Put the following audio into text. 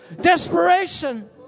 desperation